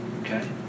okay